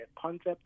concept